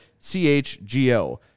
CHGO